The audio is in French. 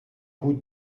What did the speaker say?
route